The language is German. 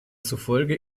zufolge